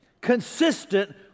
consistent